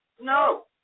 No